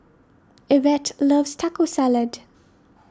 Ivette loves Taco Salad